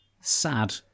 sad